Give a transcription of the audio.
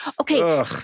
okay